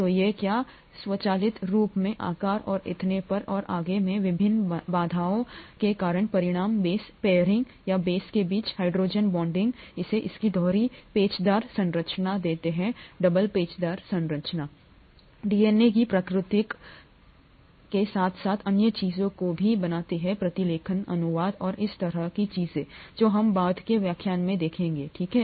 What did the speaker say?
तो ये क्या स्वचालित रूप से आकार और इतने पर और आगे में विभिन्न बाधाओं के कारण परिणाम बेस पेयरिंग या बेस के बीच हाइड्रोजन बॉन्डिंग इसे इसकी दोहरी पेचदार संरचना और देता है डबल पेचदार संरचना डीएनए की प्रतिकृति के साथ साथ अन्य चीजों को भी बनाती है प्रतिलेखन अनुवाद और उस तरह की चीजें जो हम बाद के व्याख्यानों में देखेंगे ठीक है